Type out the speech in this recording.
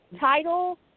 title